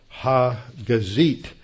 HaGazit